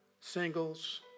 singles